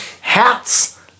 hats